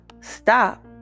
Stop